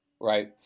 right